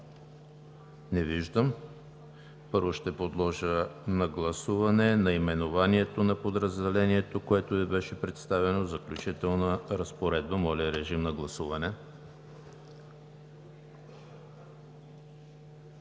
Не виждам. Първо ще подложа на гласуване наименованието на подразделението, което Ви беше представено – „Заключителна разпоредба“. Гласували